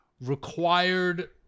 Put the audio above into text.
required